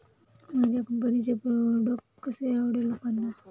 माझ्या कंपनीचे प्रॉडक्ट कसे आवडेल लोकांना?